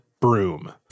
broom